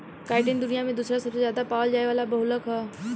chitin दुनिया में दूसरा सबसे ज्यादा पावल जाये वाला बहुलक ह